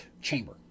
chamber